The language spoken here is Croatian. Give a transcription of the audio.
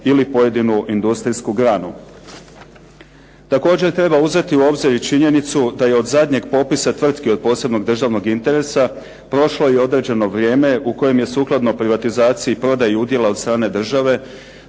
ili pojedinu industrijsku granu. Također treba uzeti u obzir i činjenicu da je od zadnjeg popisa tvrtki od posebnog državnog interesa prošlo i određeno vrijeme u kojem je sukladno privatizaciji i prodaji udjela od strane države,